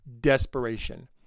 desperation